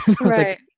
right